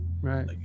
Right